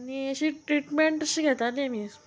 आनी अशी ट्रिटमेंट अशी घेताली आमी